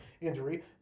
injury